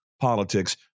politics